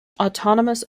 autonomous